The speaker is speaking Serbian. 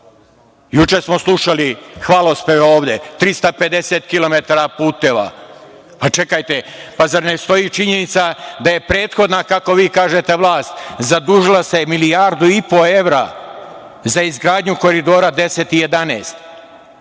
Juče smo slušali hvalospeve ovde, 350 km puteva. Pa, čekajte, zar ne stoji činjenica da je prethodna, kako vi kažete, vlast zadužila se 1,5 milijardi evra za izgradnju Koridora 10